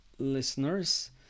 Listeners